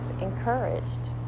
encouraged